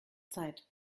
zeit